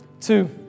two